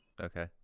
Okay